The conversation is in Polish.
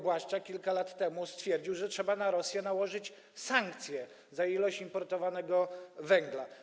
Błaszczak kilka lat temu stwierdził, że trzeba na Rosję nałożyć sankcje za ilość importowanego węgla.